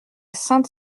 sainte